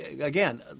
again